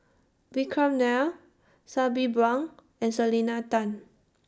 Vikram Nair Sabri Buang and Selena Tan